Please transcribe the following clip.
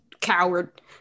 coward